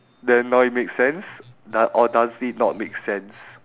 then now it makes sense doe~ or does it not make sense